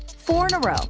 four-in-a-row.